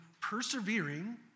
persevering